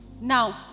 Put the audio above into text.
Now